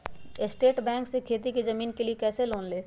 State Bank से खेती की जमीन के लिए कैसे लोन ले?